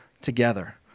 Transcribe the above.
together